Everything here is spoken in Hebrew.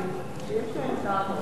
שיש בהם טעם רב,